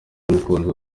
n’umukunzi